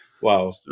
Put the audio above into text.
wow